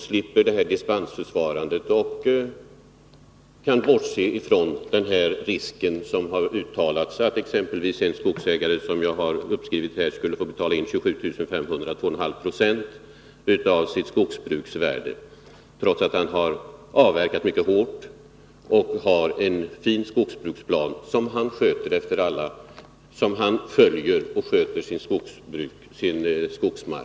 Slipper de dispensförfarandet och kan de bortse från risker av det slag som nämnts, exempelvis risken att, som när det gäller den här skogsägaren som jag har anteckningar om, vara tvungen betala in 27 500 kr., 2,5 70 av skogsbruksvärdet, trots att han avverkat mycket hårt och har en fin skogsbruksplan som han följer?